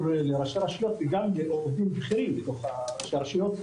לראשי רשויות וגם לעובדים בכירים בתוך הרשויות.